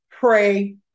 pray